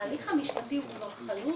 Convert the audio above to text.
ההליך המשפטי כבר חלוט?